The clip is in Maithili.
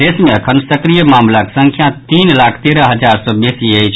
देश मे अखन सक्रिय मामिलाक संख्या तीन लाख तेरह हजार सँ बेसी अछि